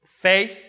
Faith